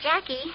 Jackie